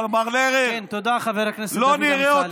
אבל, מר לרר, תודה, חבר הכנסת דודי אמסלם.